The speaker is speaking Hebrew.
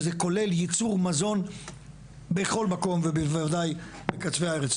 וזה כולל ייצור מזון בכל מקום ובוודאי בקצוות הארץ.